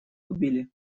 убили